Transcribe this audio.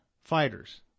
fighters